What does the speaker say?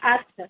আচ্ছা